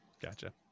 Gotcha